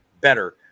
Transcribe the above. better